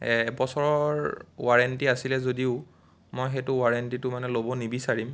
এবছৰৰ ৱাৰেণ্টি আছিলে যদিও মই সেইটো মানে ৱাৰেণ্টিটো ল'ব নিবিচাৰিম